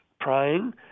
praying